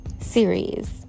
series